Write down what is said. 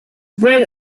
bring